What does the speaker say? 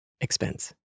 expense